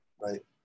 right